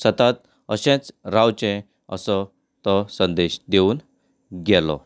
सदांच अशेंच रावचें असो संदेश दिवून गेलो